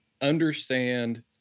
understand